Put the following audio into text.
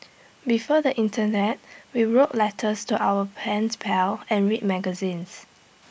before the Internet we wrote letters to our pens pal and read magazines